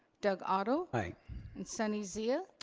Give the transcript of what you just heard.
doug otto? aye. and sunny zia?